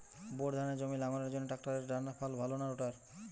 Bore ধানের জমি লাঙ্গলের জন্য ট্রাকটারের টানাফাল ভালো না রোটার?